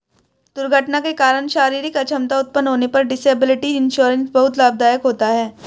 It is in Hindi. दुर्घटना के कारण शारीरिक अक्षमता उत्पन्न होने पर डिसेबिलिटी इंश्योरेंस बहुत लाभदायक होता है